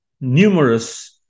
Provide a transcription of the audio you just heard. numerous